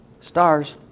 Stars